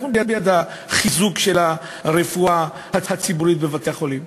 אנחנו בעד חיזוק הרפואה הציבורית בבתי-החולים.